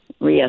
Yes